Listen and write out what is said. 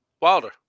Wilder